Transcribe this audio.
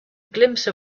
glimpse